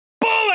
Bullet